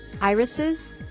Irises